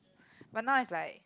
but now it's like